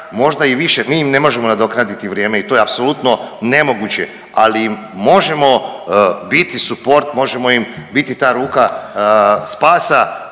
možda i više, mi im ne možemo nadoknaditi vrijeme i to je apsolutno nemoguće, ali im možemo biti suport, možemo im biti ta ruka spasa